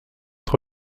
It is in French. être